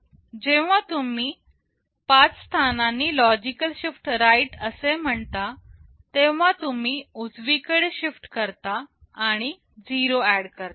जेव्हा तुम्ही 5 स्थानांनी लॉजिकल शिफ्ट राईट असे म्हणता तेव्हा तुम्ही उजवीकडे शिफ्ट करता आणि 0 ऍड करता